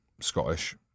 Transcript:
Scottish